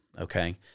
okay